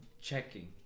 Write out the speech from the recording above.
checking